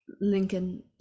Lincoln